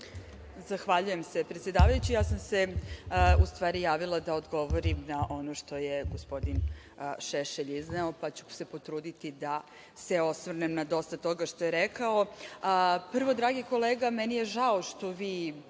Zahvaljujem se, predsedavajući. Ja sam se u stvari javila da odgovorim na ono što je gospodin Šešelj izneo, pa ću se potruditi da se osvrnem na dosta toga što je rekao. Prvo, dragi kolega, meni je žao što vi